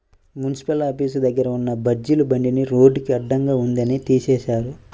municipal office దగ్గర ఉన్న బజ్జీల బండిని రోడ్డుకి అడ్డంగా ఉందని తీసేశారు